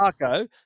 Marco